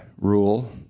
rule